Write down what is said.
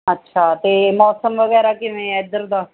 ਅੱਛਾ ਅਤੇ ਮੌਸਮ ਵਗੈਰਾ ਕਿਵੇਂ ਇੱਧਰ ਦਾ